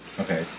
Okay